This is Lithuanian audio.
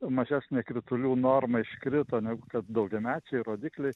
mažesnė kritulių norma iškrito negu kad daugiamečiai rodikliai